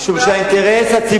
משום, אבל אנחנו, שהאינטרס הציבורי,